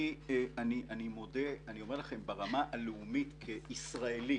אני אומר לכם שברמה הלאומית כישראלי,